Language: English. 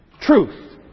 truth